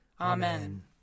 Amen